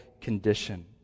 condition